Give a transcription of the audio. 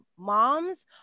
moms